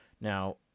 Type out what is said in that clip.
Now